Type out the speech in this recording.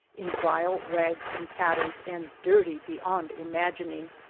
in vile rags and tatters, and dirty beyond imagining,